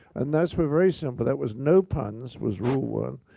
and those were very simple. that was, no puns was rule one.